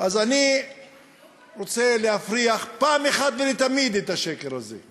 אז אני רוצה להפריך פעם אחת ולתמיד את השקר הזה.